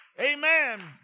Amen